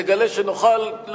תגלה שנוכל,